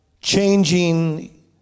changing